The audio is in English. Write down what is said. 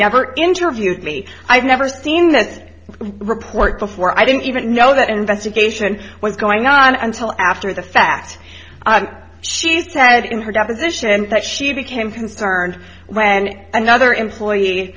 never interviewed me i've never seen that report before i didn't even know that investigation was going on until after the fact she said in her deposition and that she became concerned when another employee